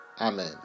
Amen